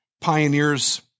pioneers